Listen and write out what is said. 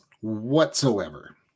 whatsoever